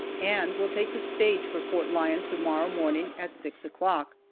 and will take the stage for fort lyon to-morrow morning at six o'clock.